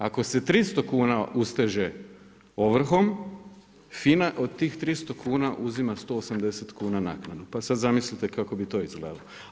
Ako se 300 kuna usteže ovrhom, FINA od tih 300 kuna uzima 180 kuna naknadu pa sad zamislite kako bi to izgledalo.